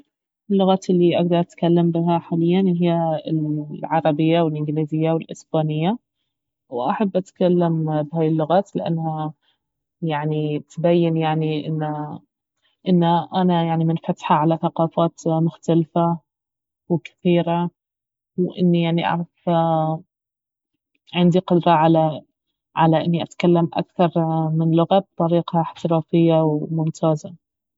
اللغات الي اقدر أتكلم بها حاليا اهي العربية والانجليزية والاسبانية واحب أتكلم بهاي اللغات لانها يعني تبين يعني انه انه انا يعني منفتحة على ثقافات مختلفة وكثيرة واني يعني اعرف عندي قدرة على على اني أتكلم اكثر من لغة بطريقة احترافية وممتازة